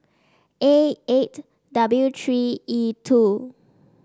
A eight W three E two